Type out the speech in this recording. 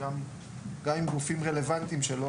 גם עם גופים רלוונטיים.